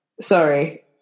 sorry